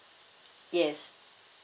yes